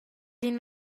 d’in